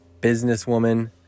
businesswoman